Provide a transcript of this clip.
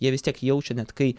jie vis tiek jaučia net kai